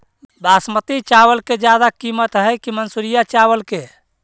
बासमती चावल के ज्यादा किमत है कि मनसुरिया चावल के?